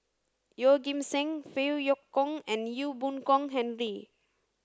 Yeoh Ghim Seng Phey Yew Kok and Ee Boon Kong Henry